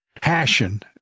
passion